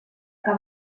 que